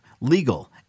legal